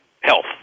health